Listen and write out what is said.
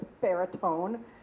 baritone